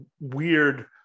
weird